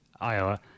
Iowa